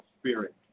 spirit